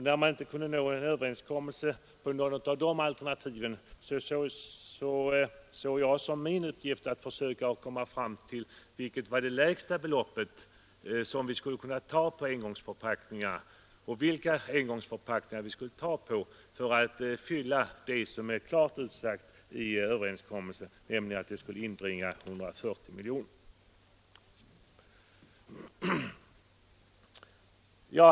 När man inte kunde nå en överenskommelse på något av de alternativen, så såg jag som min uppgift att försöka komma fram till vilket lägsta belopp som vi kunde ta ut på engångsförpackningar och vilka engångsförpackningar vi skulle lägga avgift på för att uppfylla det som är klart utsagt i överenskommelsen, nämligen att avgiften skulle inbringa 140 miljoner.